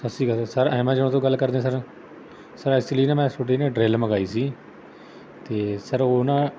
ਸਤਿ ਸ਼੍ਰੀ ਅਕਾਲ ਸਰ ਐਮਾਜ਼ੋਨ ਤੋਂ ਗੱਲ ਕਰਦੇ ਹੋ ਸਰ ਐਚੁਅਲੀ ਨਾ ਮੈਂ ਤੁਹਾਡੇ ਨਾ ਡਰਿੱਲ ਮੰਗਵਾਈ ਸੀ ਅਤੇ ਸਰ ਉਹ ਨਾ